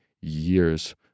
years